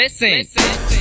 Listen